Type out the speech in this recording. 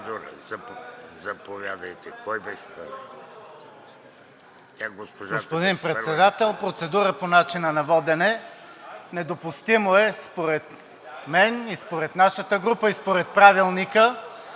Господин Председател, процедура по начина на водене. Недопустимо е според мен и според нашата група и според Правилника